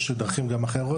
יש גם דרכים אחרות.